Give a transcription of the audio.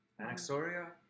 Anaxoria